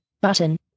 button